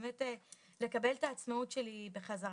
באמת לקבל את העצמאות שלי בחזרה.